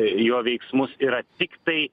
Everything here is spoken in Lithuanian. jo veiksmus yra tiktai